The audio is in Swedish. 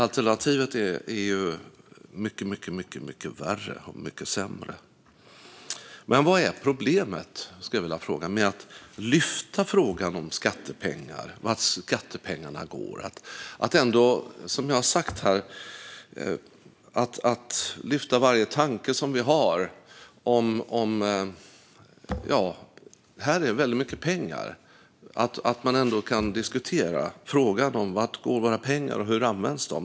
Alternativet är mycket värre. Men vad är problemet med att vilja lyfta fram frågan om skattepengar och vart skattepengarna går? Jag har här sagt att vi ska lyfta varje tanke som vi har. Det är väldigt mycket pengar. Det gäller att man ändå kan diskutera: Vart går våra pengar, och hur används de?